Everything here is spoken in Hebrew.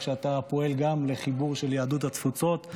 שאתה פועל גם לחיבור של יהדות התפוצות,